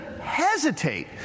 hesitate